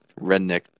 redneck